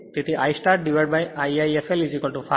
તેથી I startI I fl5